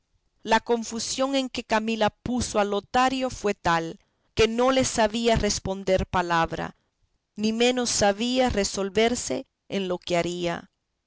la confusión en que camila puso a lotario fue tal que no le sabía responder palabra ni menos sabía resolverse en lo que haría